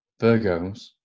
Virgos